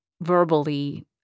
verbally